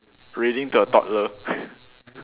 reading to a toddler